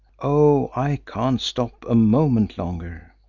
oh, i can't stop a moment longer!